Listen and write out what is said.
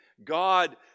God